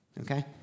okay